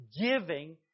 giving